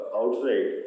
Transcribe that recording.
outside